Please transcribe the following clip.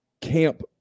camp